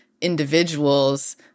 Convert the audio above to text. individuals